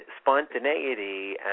spontaneity